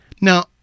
Now